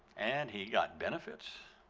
and he got benefits,